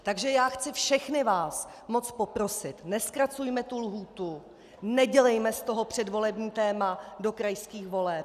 Takže já chci všechny vás moc poprosit nezkracujme tu lhůtu, nedělejme z toho předvolební téma do krajských voleb.